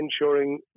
ensuring